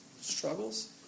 struggles